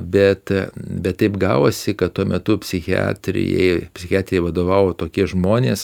bet bet taip gavosi kad tuo metu psichiatrijai psichiatrijai vadovavo tokie žmonės